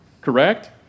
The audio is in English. Correct